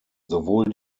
sowohl